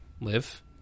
live